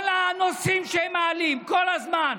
כל הנושאים שהם מעלים כל הזמן,